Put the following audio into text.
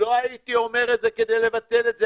לא הייתי אומר את זה כדי לבטל את זה,